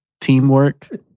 teamwork